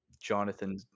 jonathan